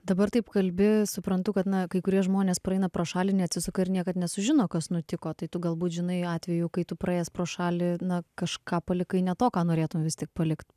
dabar taip kalbi suprantu kad na kai kurie žmonės praeina pro šalį neatsisuka ir niekad nesužino kas nutiko tai tu galbūt žinai atvejų kai tu praėjęs pro šalį na kažką palikai ne to ką norėtum vis tik palikt